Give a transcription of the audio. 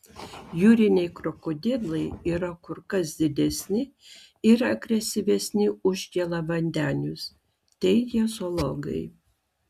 jūriniai krokodilai yra kur kas didesni ir agresyvesni už gėlavandenius teigia zoologai